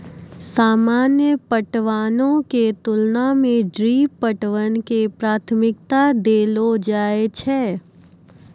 सामान्य पटवनो के तुलना मे ड्रिप पटवन के प्राथमिकता देलो जाय छै